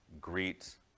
greet